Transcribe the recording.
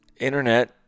Internet